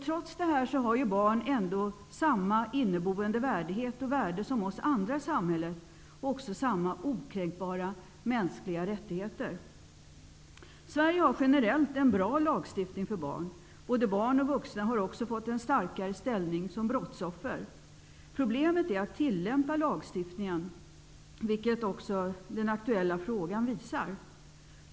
Trots detta har barn samma inneboende värdighet och värde som oss andra i samhället och också samma okränkbara mänskliga rättigheter. Sverige har generellt en bra lagstiftning för barn. Både barn och vuxna har också fått en starkare ställning som brottsoffer. Problemet är att tillämpa lagstiftningen, vilket också den aktuella frågan visar.